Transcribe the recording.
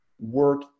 work